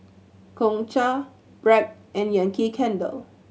Gongcha Bragg and Yankee Candle